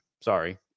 Sorry